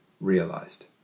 realized